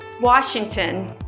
Washington